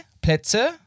Plätze